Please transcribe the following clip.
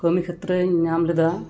ᱠᱟᱹᱢᱤ ᱠᱷᱮᱛᱨᱮᱧ ᱧᱟᱢ ᱞᱮᱫᱟ